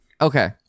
Okay